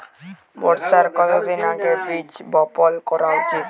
বর্ষার কতদিন আগে বীজ বপন করা উচিৎ?